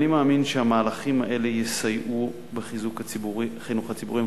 אני מאמין שהמהלכים האלה יסייעו בחיזוק החינוך הציבורי.